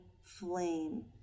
flame